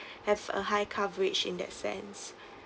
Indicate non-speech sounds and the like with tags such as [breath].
have a high coverage in that sense [breath]